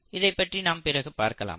இதை பற்றி நாம் பிறகு பார்க்கலாம்